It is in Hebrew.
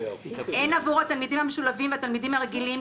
אין עבור התלמידים המשולבים והתלמידים הרגילים,